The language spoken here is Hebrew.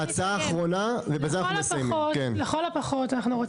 הצעה אחרונה, ובזה אנחנו מסיימים.